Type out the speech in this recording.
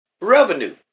revenue